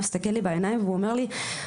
מסתכל לי בעיניים ואומר לי,